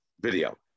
video